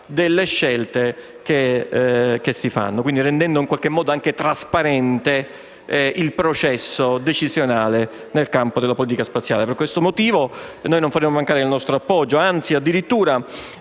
delle scelte fatte e rendendo in qualche modo trasparente il processo decisionale nel campo della politica spaziale. Per questo motivo noi non faremo mancare il nostro appoggio. Anzi, addirittura,